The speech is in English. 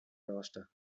roster